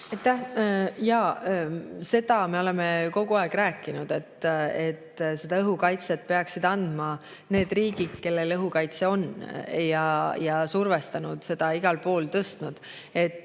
Jaa, seda me oleme kogu aeg rääkinud, et õhukaitse[relvi] peaksid andma need riigid, kellel õhukaitse on, ja survestanud seda igal pool, esile tõstnud, et